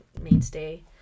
mainstay